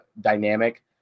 dynamic